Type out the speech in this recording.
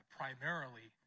primarily